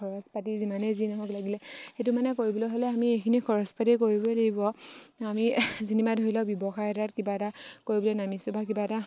খৰচ পাতি যিমানেই যি নহওক লাগিলে সেইটো মানে কৰিবলৈ হ'লে আমি এইখিনি খৰচ পাতি কৰিবই লাগিব আমি যিমান ধৰি লওক ব্যৱসায়ত কিবা এটা কৰিবলৈ নামিছোঁ বা কিবা এটা